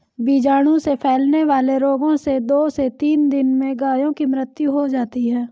बीजाणु से फैलने वाले रोगों से दो से तीन दिन में गायों की मृत्यु हो जाती है